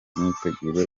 imyiteguro